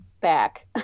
back